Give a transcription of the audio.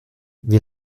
wie